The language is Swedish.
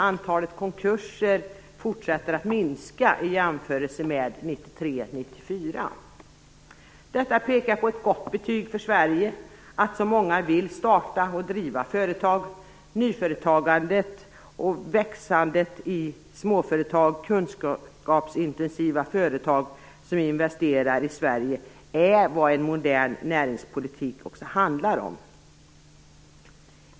Antalet konkurser fortsätter att minska i jämförelse med 1993/94. Det är ett gott betyg för Sverige att så många vill starta och driva företag. Nyföretagande och växande småföretag, kunskapsintensiva företag som investerar i Sverige, är också vad en modern näringspolitik handlar om.